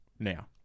Now